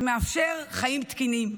שמאפשר חיים תקינים,